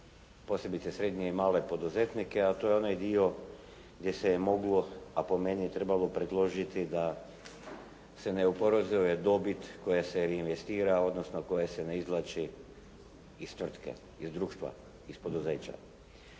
posebice srednje i male poduzetnike a to je onaj dio gdje se moglo a po meni trebalo predložiti da se ne oporezuje dobit koja se reinvestira odnosno koja se ne izvlači iz tvrtke, društva, iz poduzeća.